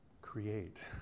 create